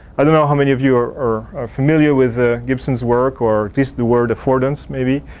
i don't know how many of you are are familiar with ah gibson's work or taste the word affordance maybe.